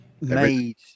made